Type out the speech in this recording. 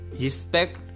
respect